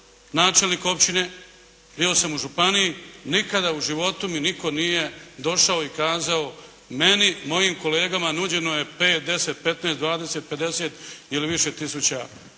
načelnik općine, bio sam u županiji, nikada u životu mi nitko nije došao i kazao meni, mojim kolegama nuđeno je 5, 10, 15, 20, 50 ili više tisuća,